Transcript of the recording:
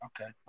okay